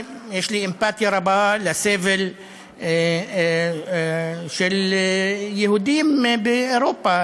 יש לי אמפתיה רבה לסבל של יהודים באירופה,